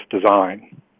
design